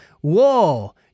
whoa